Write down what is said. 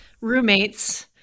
roommates